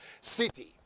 city